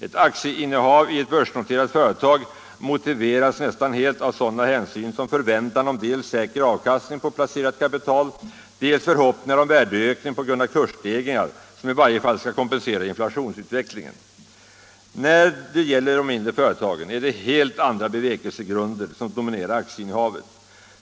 Ett aktieinnehav i ett börsnoterat företag motiveras nästan helt av sådana hänsyn som förväntan om dels säker avkastning på placerat kapital, dels förhoppningar om värdeökning på grund av kursstegringar som i varje fall skall kompensera inflationsutvecklingen. När det gäller de mindre företagen är det helt andra bevekelsegrunder som dominerar aktieinnehavet.